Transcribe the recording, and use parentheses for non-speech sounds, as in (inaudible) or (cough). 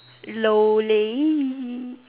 (noise)